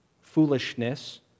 foolishness